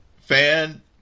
fan